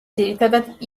ძირითადად